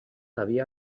havia